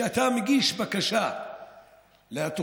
כשאתה מגיש בקשה לתוכנית,